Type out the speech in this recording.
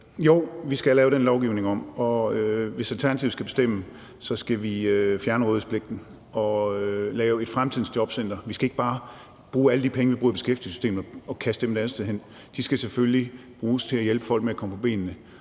Jo, vi skal have lavet den lovgivning om, og hvis Alternativet skal bestemme, skal vi fjerne rådighedspligten og lave et fremtidens jobcenter. Vi skal ikke bare tage alle de penge, vi bruger i beskæftigelsessystemet, og kaste dem et andet sted hen. De skal selvfølgelig bruges til at hjælpe folk med at komme på benene